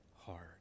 hard